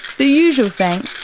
the usual, thanks,